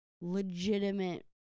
legitimate